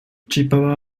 chippewa